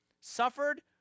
suffered